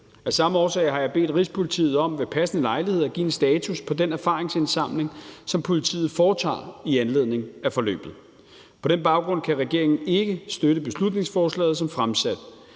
Af samme årsag har jeg bedt Rigspolitiet om ved passende lejlighed at give en status på den erfaringsindsamling, som politiet foretager i anledning af forløbet. På den baggrund kan regeringen ikke støtte beslutningsforslaget som fremsat.